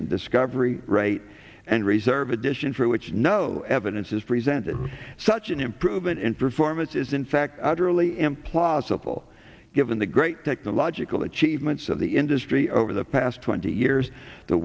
in discovery right and reserve addition for which no evidence is presented such an improvement in performance is in fact utterly implausible given the great technological achievements of the industry over the past twenty years the